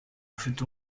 ufite